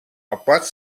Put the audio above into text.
apart